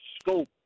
scope